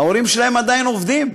ההורים שלהם עדיין עובדים,